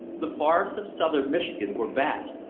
the forests of southern michigan were vast,